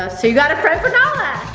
ah so you got a friend for nala!